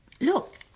Look